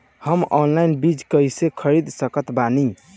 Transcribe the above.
हम ऑनलाइन बीज कइसे खरीद सकत बानी?